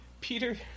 Peter